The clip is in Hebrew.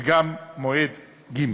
וגם מועד ג'.